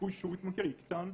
הסיכוי שיתמכר יקטן.